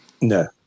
no